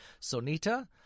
Sonita